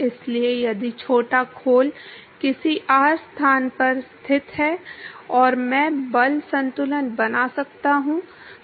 इसलिए यदि छोटा खोल किसी r स्थान पर स्थित है और मैं बल संतुलन बना सकता हूं